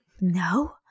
no